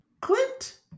Clint